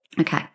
Okay